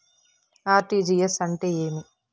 RTGS అంటే ఏమి?